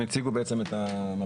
הם הציגו את המפה.